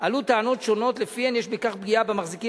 עלו טענות שונות שלפיהן יש בכך פגיעה במחזיקים